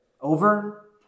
over